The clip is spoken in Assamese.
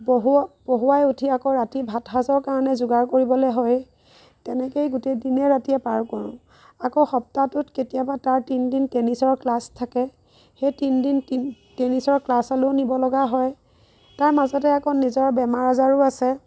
পঢ়োৱাই উঠি আকৌ ৰাতি ভাতসাজৰ কাৰণে যোগাৰ কৰিবলৈ হয়েই তেনেকৈয়ে গোটেই দিনে ৰাতিয়ে পাৰ কৰোঁ আকৌ সপ্তাহটোত কেতিয়াবা তাৰ তিনিদিন টেনিছৰ ক্লাছ থাকে সেই তিনিদিন টেনিছৰ ক্লাছলৈও নিব লগা হয় তাৰ মাজতে আকৌ নিজৰ বেমাৰ আজাৰো আছে